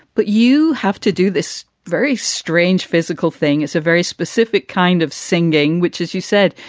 but you have to do this. very strange physical thing is a very specific kind of singing, which, as you said,